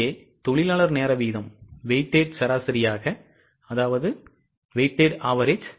இங்கே தொழிலாளர் நேர வீதம் weighted சராசரியாக 3